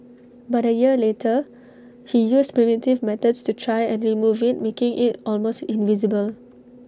but A year later he used primitive methods to try and remove IT making IT almost invisible